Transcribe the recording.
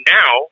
now